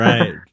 Right